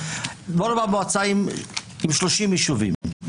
נניח מועצה עם 30 יישובים,